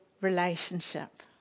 relationship